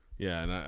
yeah.